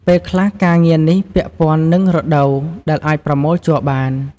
ពេលខ្លះ ការងារនេះពាក់ព័ន្ធនឹងរដូវដែលអាចប្រមូលជ័របាន។